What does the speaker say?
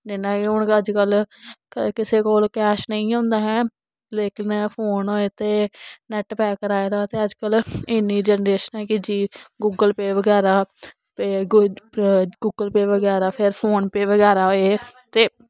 जि'यां कि हून अज कल्ल किसे कोल कैश नेईं होंदा हैं लेकिन फोन होए ते नैट पैक कराए दा हो ते अज कल्ल इन्नी जनरेशन ऐ के गुग्गल पे वगैरा गुग्गल पे वगैरा फिर फोन पे वगैरा होए ते